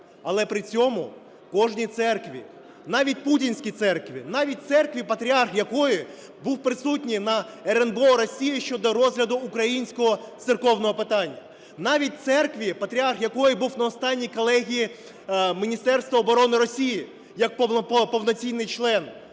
Але при цьому кожній церкві, навіть путінській церкві, навіть церкві, патріарх якої був присутній на РНБО Росії щодо розгляду українського церковного питання, навіть церкві, патріарх якої був на останній колегії Міністерства оборони Росії як повноцінний член,